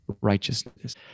righteousness